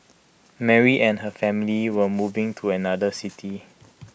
Mary and her family were moving to another city